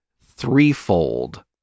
threefold